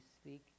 speak